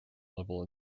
level